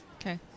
Okay